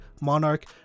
Monarch